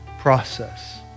process